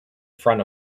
front